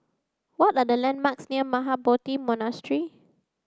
what are the landmarks near Mahabodhi Monastery